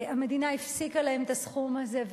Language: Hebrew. המדינה הפסיקה לתת להן את הסכום הזה.